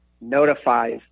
Notifies